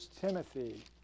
Timothy